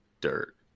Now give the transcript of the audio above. dirt